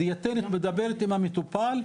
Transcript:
הדיאטנית מדברת עם המטופל,